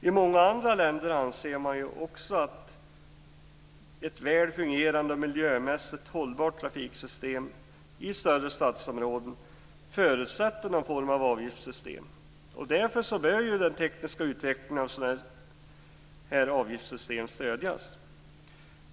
I många andra länder anser man också att ett väl fungerande och miljömässigt hållbart trafiksystem i större stadsområden förutsätter någon form av avgiftssystem. Därför behöver den tekniska utvecklingen av avgiftssystem stödjas.